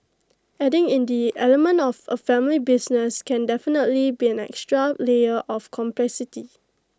adding in the element of A family business can definitely be an extra layer of complexity